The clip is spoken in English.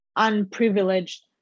unprivileged